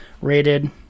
rated